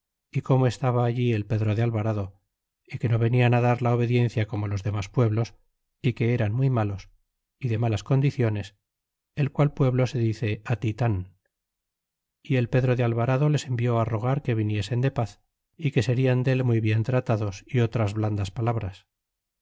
é como estaba allí el pedro de alvarado y que no venian dar la obediencia como los demas pueblos y que eran muy malos y de malas condiciones el qual pueblo se dice atitan y el pedro de alvarado les envió rogar que viniesen de paz y que serian del muy bien tratados y otras blandas palabras